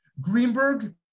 Greenberg